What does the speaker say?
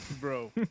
Bro